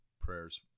prayers